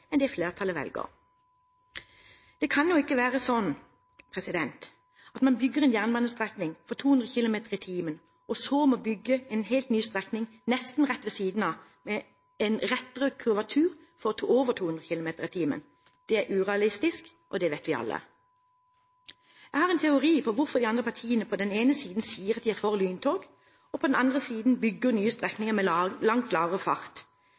enn den flertallet velger. Det kan jo ikke være slik at man bygger en jernbanestrekning for 200 km/t – og så må bygge en helt ny strekning nesten rett ved siden av, men med en rettere kurvatur, for over 200 km/t. Det er urealistisk, og det vet vi alle. Jeg har en teori om hvorfor de andre partiene på den ene siden sier at de er for lyntog, og på den andre siden bygger nye strekninger med langt lavere fart.